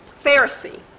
Pharisee